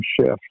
shift